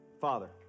Father